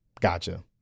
Gotcha